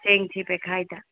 ꯆꯦꯡꯁꯤ ꯕꯦꯈꯥꯏꯗ